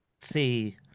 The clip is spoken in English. see